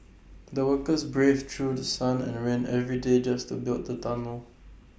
the workers braved through The Sun and rain every day just to build the tunnel